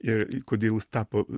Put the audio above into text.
ir kodėl jis tapo